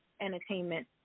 entertainment